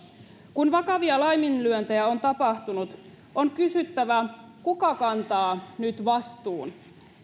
kun vakavia laiminlyöntejä on tapahtunut on kysyttävä kuka kantaa nyt vastuun